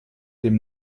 dem